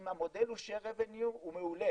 אם המודל הוא share avenue הוא מעולה,